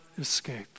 escape